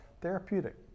therapeutic